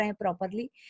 properly